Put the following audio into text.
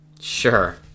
Sure